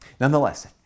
Nonetheless